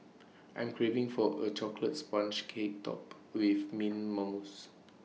I am craving for A Chocolate Sponge Cake Topped with Mint Mousse